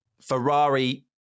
Ferrari